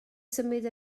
symud